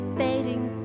fading